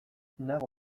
nago